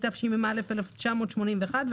התשמ"א-1981,